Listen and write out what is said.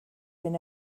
been